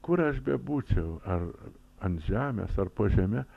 kur aš bebūčiau ar ant žemės ar po žeme